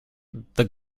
the